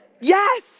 Yes